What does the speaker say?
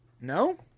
No